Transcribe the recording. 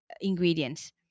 ingredients